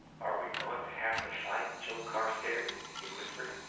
are we going to have to fight, joe carstairs? he whispered.